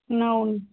అవును